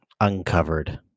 uncovered